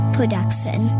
Production